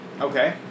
Okay